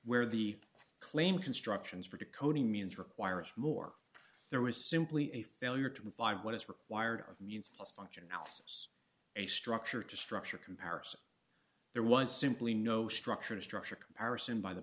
where the claim constructions for decoding means requires more there was simply a failure to provide what is required of means a function else a structure to structure comparison there was simply no structure to structure comparison by the